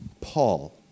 Paul